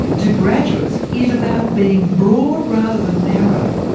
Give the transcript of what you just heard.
to graduates, is about being broad rather than narrow.